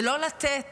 ולא לתת